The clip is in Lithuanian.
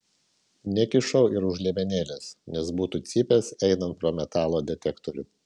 nekišau ir už liemenėlės nes būtų cypęs einant pro metalo detektorių